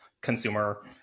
consumer